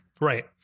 Right